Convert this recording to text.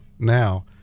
now